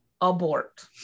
abort